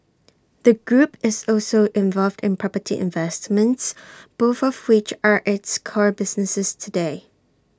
the group is also involved in property investments both of which are its core businesses today